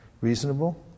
reasonable